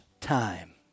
time